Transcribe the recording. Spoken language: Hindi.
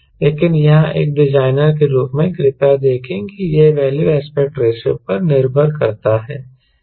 लेकिन यहां एक डिजाइनर के रूप में कृपया देखें कि यह वैल्यू एस्पेक्ट रेशों पर निर्भर करता है